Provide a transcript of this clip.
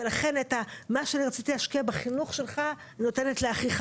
ולכן את מה שאני רציתי להשקיע בחינוך שלך אני נותנת לאחיך,